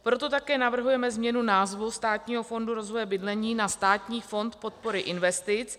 Proto také navrhujeme změnu názvu Státního fondu rozvoje bydlení na Státní fond podpory investic.